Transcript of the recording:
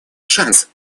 шанс